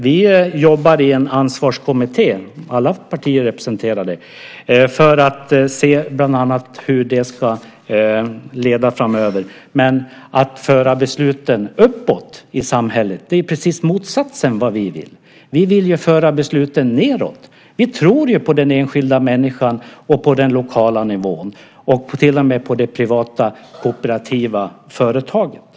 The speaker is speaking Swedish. Vi jobbar i en ansvarskommitté, där alla partier är representerade, för att bland annat se hur det här ska leda framöver. Att föra besluten uppåt i samhället är ju precis motsatsen till vad vi vill. Vi vill föra besluten nedåt. Vi tror på den enskilda människan och på den lokala nivån och till och med på det privata kooperativa företaget.